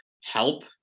help